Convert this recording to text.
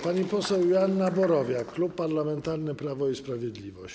Pani poseł Joanna Borowiak, Klub Parlamentarny Prawo i Sprawiedliwość.